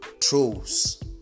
Trolls